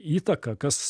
įtaką kas